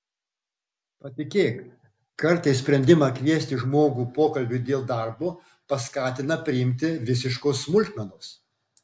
patikėk kartais sprendimą kviesti žmogų pokalbiui dėl darbo paskatina priimti visiškos smulkmenos